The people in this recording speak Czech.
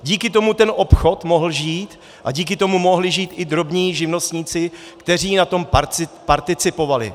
Díky tomu obchod mohl žít a díky tomu mohli žít i drobní živnostníci, kteří na tom participovali.